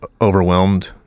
overwhelmed